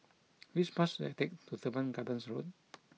which bus I take to Teban Gardens Road